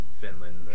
Finland